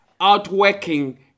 Outworking